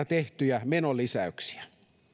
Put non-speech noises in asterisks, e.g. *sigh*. *unintelligible* tehtyjä menolisäyksiä